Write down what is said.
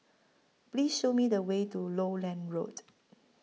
Please Show Me The Way to Lowland Road